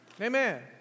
Amen